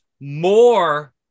more